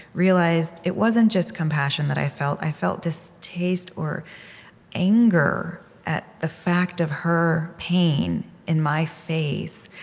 realized, it wasn't just compassion that i felt. i felt distaste or anger at the fact of her pain in my face.